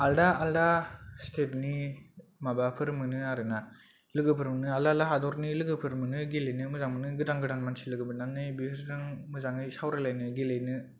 आलदा आलदा सटेटनि माबाफोर मोनो आरोना लोगोफोर मोनो आलदा आलदा हादरनि लोगोफोर मोनो गेलेनो मोजां मोनो गोदान गोदान मानसि लोगो मोननानै बिसोरजों मोजाङै सावरायलायनो गेलेनो